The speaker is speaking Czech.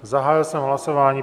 Zahájil jsem hlasování.